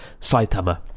Saitama